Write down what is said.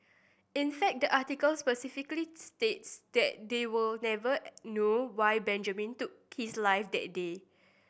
in fact the article specifically states that they will never know why Benjamin took his life that day